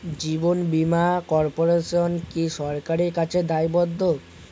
জীবন বীমা কর্পোরেশন কি সরকারের কাছে দায়বদ্ধ?